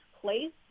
place